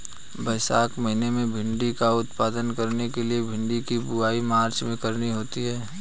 वैशाख महीना में भिण्डी का उत्पादन करने के लिए भिंडी की बुवाई मार्च में करनी होती है